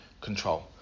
control